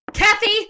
Kathy